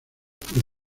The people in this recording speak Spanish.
por